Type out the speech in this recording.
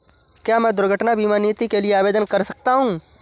क्या मैं दुर्घटना बीमा नीति के लिए आवेदन कर सकता हूँ?